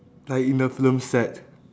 like in the film set